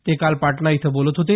ते काल पाटणा इथं बोलत होते